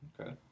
Okay